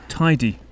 tidy